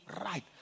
right